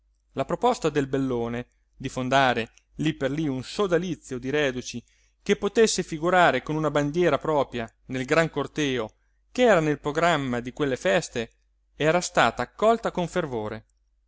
la proposta del bellone di fondare lí per lí un sodalizio di reduci che potesse figurare con una bandiera propria nel gran corteo ch'era nel programma di quelle feste era stata accolta con fervore